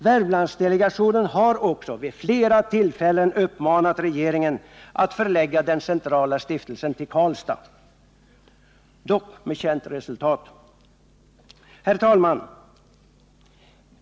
Värmlandsdelegationen har också vid flera tillfällen uppmanat regeringen att förlägga den centrala stiftelsen till Karlstad. Dock med känt resultat. Herr talman!